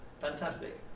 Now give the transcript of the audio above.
fantastic